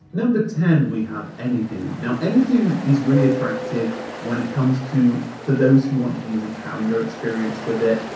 number ten, we have any do. now any do is really attractive when it comes to, for those who want to use a calendar experience with it.